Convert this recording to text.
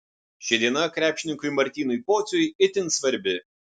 ši diena krepšininkui martynui pociui itin svarbi